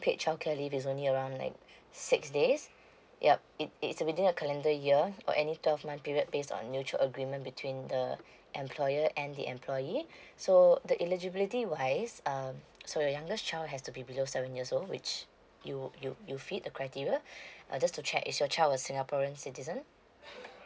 childcare leave is only around like six days yup it it's within the calendar year or any twelve my period based on mutual agreement between the employer and the employee so the eligibility wise uh so the youngest child has to be below seven years old which you you you fit the criteria just to check is your child a singaporean citizen